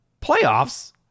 Playoffs